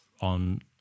on